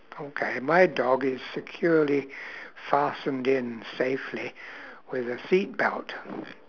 okay my dog is securely fastened in safely with a seat belt